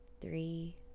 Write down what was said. three